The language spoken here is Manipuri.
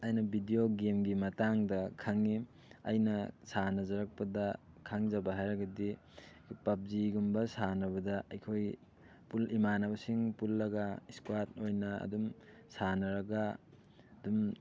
ꯑꯩꯅ ꯕꯤꯗꯤꯑꯣ ꯒꯦꯝꯒꯤ ꯃꯇꯥꯡꯗ ꯈꯪꯉꯤ ꯑꯩꯅ ꯁꯥꯟꯅꯖꯔꯛꯄꯗ ꯈꯪꯖꯕ ꯍꯥꯏꯔꯒꯗꯤ ꯄꯕꯖꯤꯒꯨꯝꯕ ꯁꯥꯟꯅꯕꯗ ꯑꯩꯈꯣꯏ ꯏꯃꯥꯟꯅꯕꯁꯤꯡ ꯄꯨꯜꯂꯒ ꯏꯁꯀ꯭ꯋꯥꯗ ꯑꯣꯏꯅ ꯑꯗꯨꯝ ꯁꯥꯟꯅꯔꯒ ꯑꯗꯨꯝ